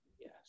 yes